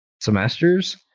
semesters